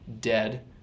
dead